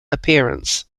appearance